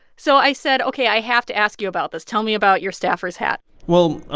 so i said, ok, i have to ask you about this. tell me about your staffer's hat well,